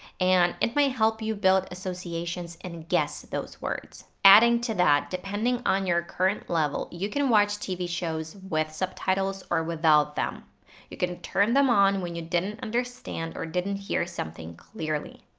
and it might help you build associations and guess those words. adding to that depending on your current level you can watch tv shows with subtitles or without them or you can turn them on when you didn't understand or didn't hear something clearly.